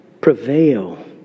prevail